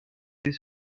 their